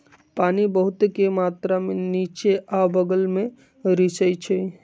पानी बहुतेक मात्रा में निच्चे आ बगल में रिसअई छई